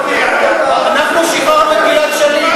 אנחנו שחררנו את גלעד שליט,